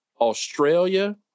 Australia